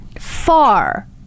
Far